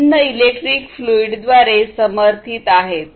हे भिन्न इलेक्ट्रिक फ्लुइडद्वारे समर्थित आहेत